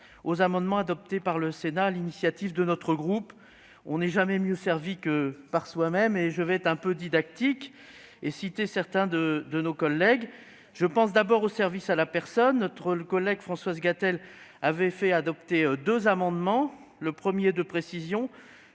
nous avions adoptés sur l'initiative de notre groupe. On n'est jamais mieux servi que par soi-même ! Je serai quelque peu didactique et citerai certains de nos collègues. Je pense d'abord aux services à la personne. Notre collègue Françoise Gatel avait fait adopter deux amendements dans ce domaine. Le premier,